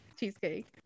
cheesecake